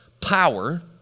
power